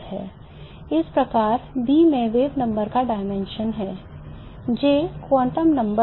इस प्रकार B में wave number का dimension है J क्वांटम संख्या है